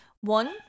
one